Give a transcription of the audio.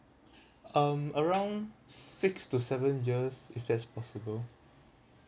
um around six to seven years if that's possible